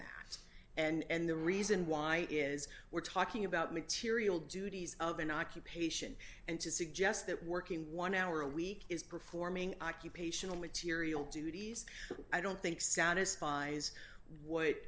that and the reason why is we're talking about material duties of an occupation and to suggest that working one hour a week is performing occupational material duties i don't think satisfies what